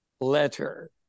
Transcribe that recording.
letter